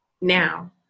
now